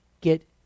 get